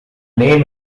name